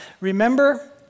remember